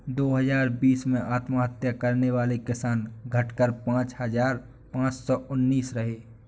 दो हजार बीस में आत्महत्या करने वाले किसान, घटकर पांच हजार पांच सौ उनासी रहे